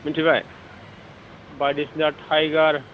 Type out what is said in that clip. मिन्थिबाय बायदिसिना थाइगार